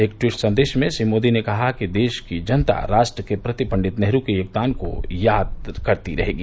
एक ट्वीट संदेश में श्री मोदी ने कहा है कि देश की जनता राष्ट्र के प्रति पंडित नेहरू के योगदान को याद करती रहेगी